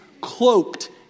cloaked